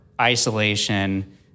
isolation